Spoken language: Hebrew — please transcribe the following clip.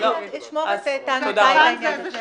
אז אני אשמור את טענותיי לעניין הזה.